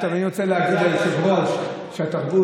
אני רוצה להגיד ליושב-ראש שהתרבות,